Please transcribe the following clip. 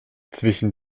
zwischen